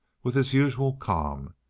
with his usual calm.